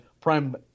prime